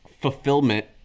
fulfillment